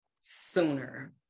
sooner